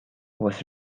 was